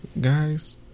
guys